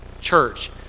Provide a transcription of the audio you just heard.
church